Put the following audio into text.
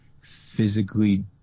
physically